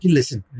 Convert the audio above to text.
listen